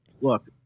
Look